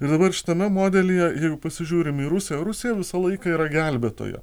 ir dabar šitame modelyje jeigu pasižiūrim į rusiją rusija visą laiką yra gelbėtoja